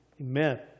Amen